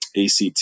ACT